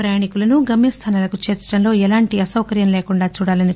ప్రయాణికులను గమ్యస్థానాలకు చేర్చడంతో ఏలాంటి అసౌకర్యం లేకుండా చూడాలని